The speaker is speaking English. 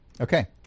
okay